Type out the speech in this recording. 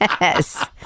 Yes